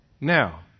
Now